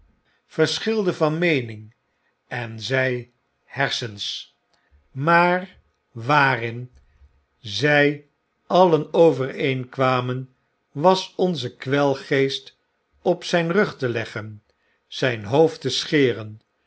verschilde van meening en zei hersens maar waarin zij alien overeenkwamen was onzen kwelgeest op zyn rug te leggen zyn hoofd te scheren